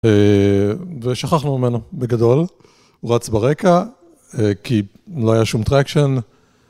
ושכחנו ממנו בגדול, הוא רץ ברקע כי לא היה שום Traction.